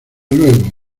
luego